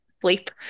sleep